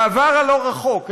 בעבר הלא-רחוק,